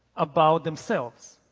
about themselves